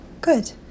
Good